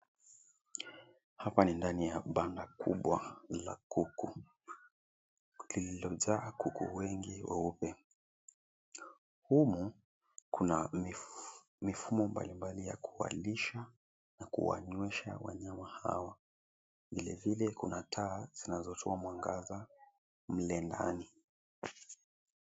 Hapa ni ndani ya banda kubwa la kuku, lililojaa kuku wengi weupe. Humu kuna mifumo mbalimbali ya kuwalisha na kuwanywesha wanyama hawa. Vilevile kuna taa zinazotoa mwangaza mle ndani.